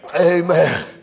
amen